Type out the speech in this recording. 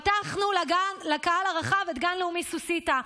פתחנו לקהל הרחב את הגן הלאומי סוסיתא,